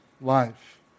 life